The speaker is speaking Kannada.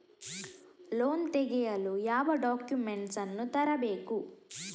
ಲೋನ್ ತೆಗೆಯಲು ಯಾವ ಡಾಕ್ಯುಮೆಂಟ್ಸ್ ಅನ್ನು ತರಬೇಕು?